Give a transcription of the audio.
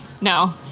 No